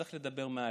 צריך לדבר מהלב.